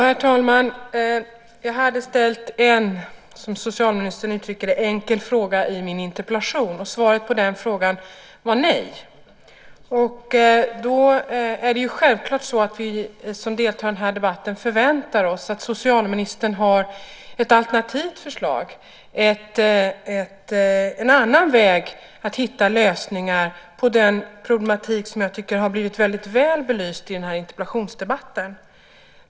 Herr talman! Jag hade ställt en, som socialministern uttrycker det, enkel fråga i min interpellation, och svaret på den frågan var nej. Då är det självklart att vi som deltar i den här debatten förväntar oss att socialministern har ett alternativt förslag, en annan väg för att hitta lösningar på den problematik som jag tycker har blivit väldigt väl belyst i den här interpellationsdebatten.